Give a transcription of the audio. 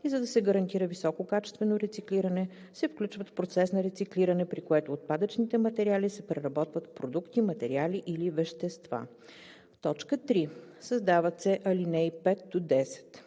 и за да се гарантира висококачествено рециклиране, се включват в процес на рециклиране, при което отпадъчните материали се преработват в продукти, материали или вещества.“ 3. Създават се ал. 5 – 10: